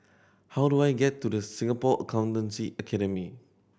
how do I get to The Singapore Accountancy Academy